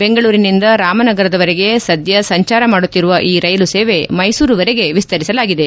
ಬೆಂಗಳೂರಿನಿಂದ ರಾಮನಗರದವರೆಗೆ ಸದ್ಯ ಸಂಚಾರ ಮಾಡುತ್ತಿರುವ ಈ ರೈಲು ಸೇವೆ ಮೈಸೂರುವರೆಗೆ ವಿಸ್ತರಿಸಲಾಗಿದೆ